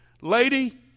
lady